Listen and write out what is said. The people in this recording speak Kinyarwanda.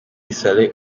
saleh